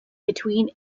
between